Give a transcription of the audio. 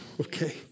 Okay